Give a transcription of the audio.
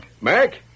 Mac